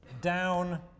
down